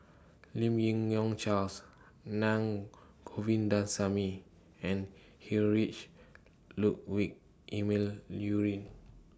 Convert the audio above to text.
Lim Yi Yong Charles Na Govindasamy and Heinrich Ludwig Emil Luering